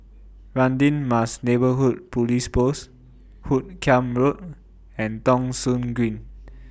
Radin Mas Neighbourhood Police Post Hoot Kiam Road and Thong Soon Green